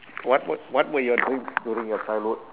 what what what were your dreams during your childhood